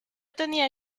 tenía